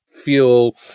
fuel